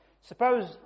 suppose